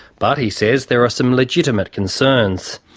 but, he says, there are some legitimate concerns.